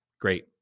great